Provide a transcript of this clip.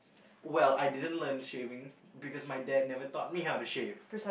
well I didn't learn shaving because my dad never taught me how to shave